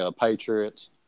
Patriots